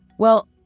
well,